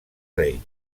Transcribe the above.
rei